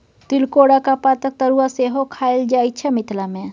तिलकोराक पातक तरुआ सेहो खएल जाइ छै मिथिला मे